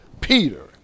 Peter